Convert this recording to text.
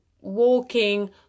walking